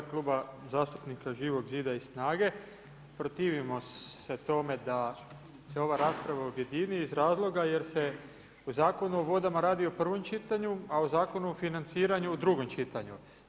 U ime Kluba zastupnika Živog zida i SNAGA-e protivimo se tome da se ova rasprava objedini iz razloga jer se u Zakonu o vodama radi o prvom čitanju a o Zakonu o financiranju o drugom čitanju.